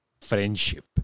friendship